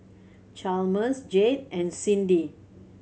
Chalmers Jayde and Cindy